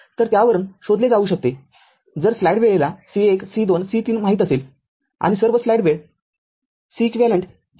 तरत्यावरून शोधले जाऊ शकते जर स्लाईड वेळेला C१ C२ C३ माहित असेल आणि सर्व स्लाईड वेळ Ceq ची गणना करू शकेल